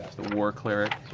the war cleric.